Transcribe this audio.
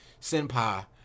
senpai